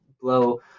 blow